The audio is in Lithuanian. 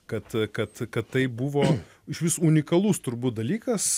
kad kad kad tai buvo išvis unikalus turbūt dalykas